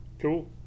cool